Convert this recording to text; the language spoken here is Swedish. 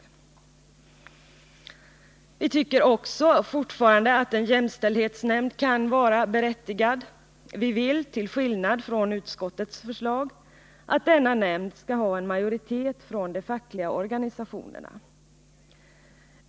Torsdagen den Vi tycker också fortfarande att en jämställdhetsnämnd kan vara berätti 13 december 1979 gad. Vi vill att denna nämnd, till skillnad från utskottets förslag, skall ha en majoritet från de fackliga organisationerna.